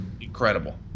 incredible